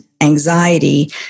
anxiety